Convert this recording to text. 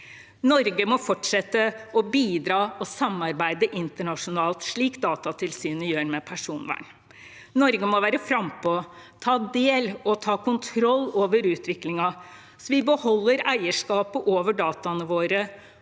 Norge må fortsette å bidra og samarbeide internasjonalt, slik Datatilsynet gjør, når det gjelder personvern. Norge må være frampå, ta del i og ta kontroll over utviklingen, sånn at vi beholder eierskap over dataene våre